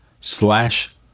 slash